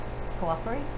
Cooperate